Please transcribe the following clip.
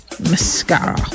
mascara